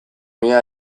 mila